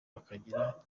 bakagira